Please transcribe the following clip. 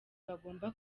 bagomba